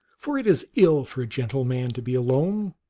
for it is ill for a gentle man to be alone,